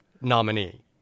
nominee